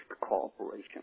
cooperation